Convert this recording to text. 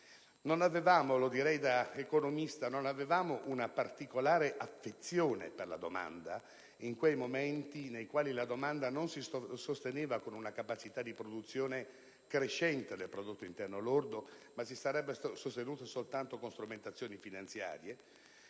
Non avevamo - lo direi da economista - una particolare affezione per la domanda in quei momenti nei quali essa non si sosteneva con una capacità di produzione crescente del PIL, ma si sarebbe sostenuta soltanto con strumentazioni finanziarie?